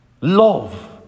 Love